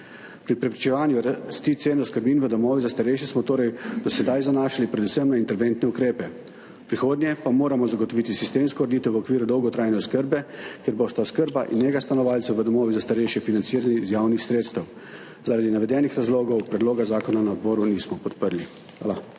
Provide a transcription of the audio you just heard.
Pri preprečevanju rasti cen oskrbnin v domovih za starejše smo se torej do sedaj zanašali predvsem na interventne ukrepe. V prihodnje pa moramo zagotoviti sistemsko ureditev v okviru dolgotrajne oskrbe, kjer bosta oskrba in nega stanovalcev v domovih za starejše financirani iz javnih sredstev. Zaradi navedenih razlogov predloga zakona na odboru nismo podprli. Hvala.